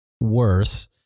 worse